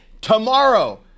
tomorrow